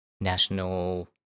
national